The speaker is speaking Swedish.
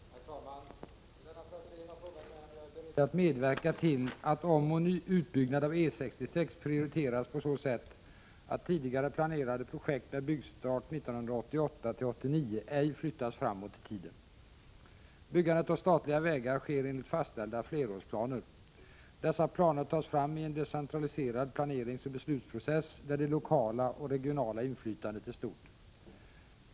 Herr talman! Lennart Alsén har frågat mig om jag är beredd att medverka till att omoch utbyggnad av E 66 prioriteras på så sätt att tidigare planerade projekt med byggstart 1988-1989 ej flyttas framåt i tiden. Byggandet av statliga vägar sker enligt fastställda flerårsplaner. Dessa planer tas fram i en decentraliserad planeringsoch beslutsprocess där det lokala och regionala inflytandet är stort.